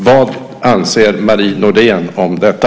Vad anser Marie Nordén om detta?